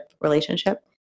relationship